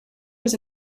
was